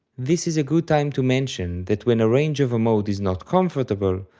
this is a good time to mention that when a range of a mode is not comfortable,